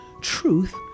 Truth